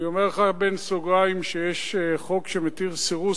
אני אומר לך בסוגריים שיש חוק שמתיר סירוס